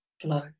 flow